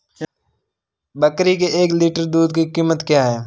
बकरी के एक लीटर दूध की कीमत क्या है?